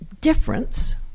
difference